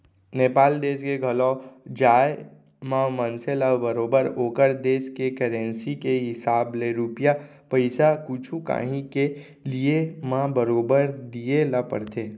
नेपाल देस के घलौ जाए म मनसे ल बरोबर ओकर देस के करेंसी के हिसाब ले रूपिया पइसा कुछु कॉंही के लिये म बरोबर दिये ल परथे